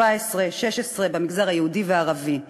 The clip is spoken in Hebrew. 14 ו-16 במגזר היהודי והערבי.